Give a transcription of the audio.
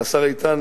השר איתן,